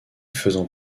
faisant